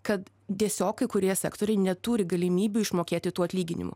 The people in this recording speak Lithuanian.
kad tiesiog kai kurie sektoriai neturi galimybių išmokėti tų atlyginimų